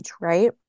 right